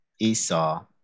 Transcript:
Esau